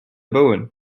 bowen